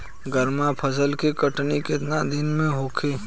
गर्मा फसल के कटनी केतना दिन में होखे?